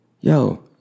yo